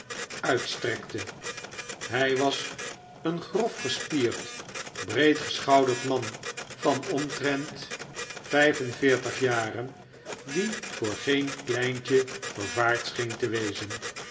uitstrekte hij was een grofgespierd breedgeschouderd man van omtrent vijf en veertig jaren die voor geen kleintje vervaard scheen te wezen